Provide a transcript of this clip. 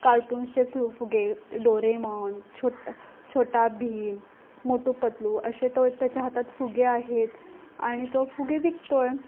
कार्टून्सचे फु फुगे डोरेमॉन छोटा छोटा भीम मोटू पतलू असे तो त्याच्या हातात फुगे आहेत आणि तो फुगे विकतो आहे